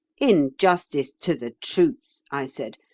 in justice to the truth, i said,